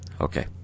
Okay